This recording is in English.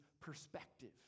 perspective